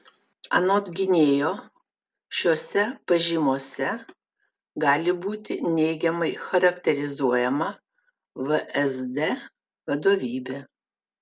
anot gynėjo šiose pažymose gali būti neigiamai charakterizuojama vsd vadovybė